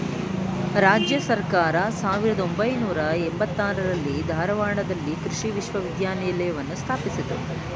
ರಾಜ್ಯ ಸರ್ಕಾರ ಸಾವಿರ್ದ ಒಂಬೈನೂರ ಎಂಬತ್ತಾರರಲ್ಲಿ ಧಾರವಾಡದಲ್ಲಿ ಕೃಷಿ ವಿಶ್ವವಿದ್ಯಾಲಯವನ್ನು ಸ್ಥಾಪಿಸಿತು